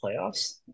playoffs